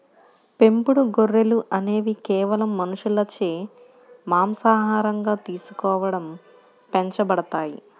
పెంపుడు గొర్రెలు అనేవి కేవలం మనుషులచే మాంసాహారంగా తీసుకోవడం పెంచబడతాయి